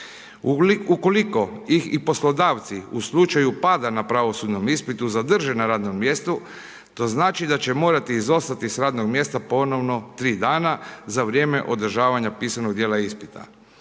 Ukoliko ih poslodavci, u slučaju pada na pravosudnom ispitu, zadrže na radnom mjestu, to znači da će morati izostati iz radnog mjesta, ponovno 3 dana, za vrijeme održavanja, pisanog dijela ispita.